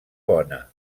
bona